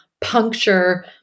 puncture